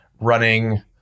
running